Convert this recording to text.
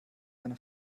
eine